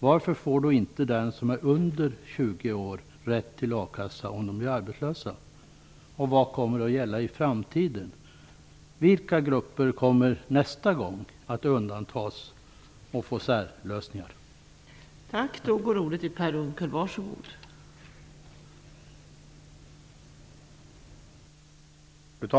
Varför har inte de som är under 20 år rätt till a-kassa när de blir arbetslösa om de villkoren fortfarande gäller och är uppfyllda? Vad kommer att gälla i framtiden? Vilka grupper kommer att undantas och få särlösningar nästa